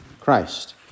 Christ